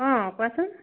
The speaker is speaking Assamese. অঁ কোৱাচোন